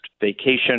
vacation